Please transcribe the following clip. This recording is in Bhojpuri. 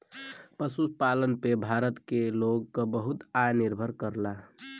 पशुपालन पे भारत के लोग क बहुते आय निर्भर करला